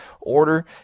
order